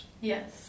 Yes